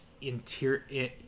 interior